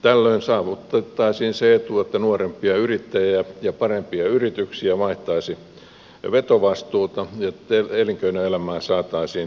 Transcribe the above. tällöin saavutettaisiin se etu että nuorempia yrittäjiä ja parempia yrityksiä vaihtaisi vetovastuuta ja elinkeinoelämään saataisiin dynamiikkaa